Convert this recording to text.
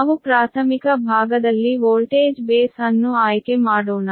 ನಾವು ಪ್ರಾಥಮಿಕ ಭಾಗದಲ್ಲಿ ವೋಲ್ಟೇಜ್ ಬೇಸ್ ಅನ್ನು ಆಯ್ಕೆ ಮಾಡೋಣ